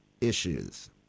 issues